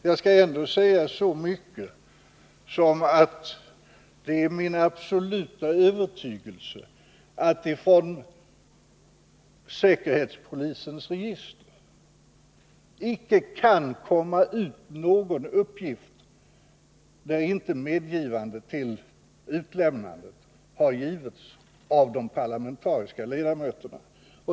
Jag skall ändå säga så mycket att det är min absoluta övertygelse att det från säkerhetspolisens register icke kan komma ut någon uppgift där inte medgivande till utlämnandet har givits av de parlamentariska ledamöterna.